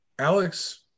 Alex